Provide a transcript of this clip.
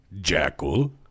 jackal